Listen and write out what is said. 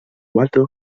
walter